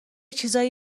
چیزایی